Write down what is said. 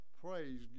Praise